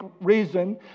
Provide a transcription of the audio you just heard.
reason